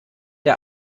der